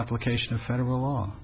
application of federal law